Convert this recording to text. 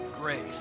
grace